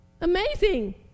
Amazing